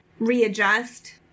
readjust